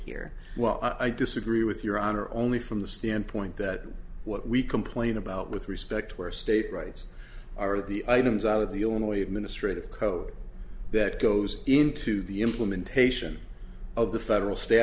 here well i disagree with your honor only from the standpoint that what we complain about with respect to our state rights are the items out of the only administrative code that goes into the implementation of the federal sta